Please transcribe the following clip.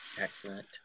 Excellent